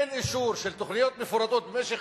אין אישור של תוכניות מפורטות במשך